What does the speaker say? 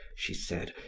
she said,